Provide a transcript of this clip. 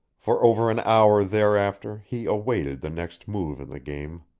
for over an hour thereafter he awaited the next move in the game.